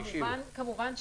כמובן,